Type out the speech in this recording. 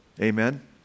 Amen